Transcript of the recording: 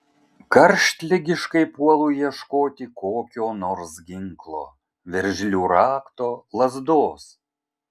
karštligiškai puolu ieškoti kokio nors ginklo veržlių rakto lazdos